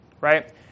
right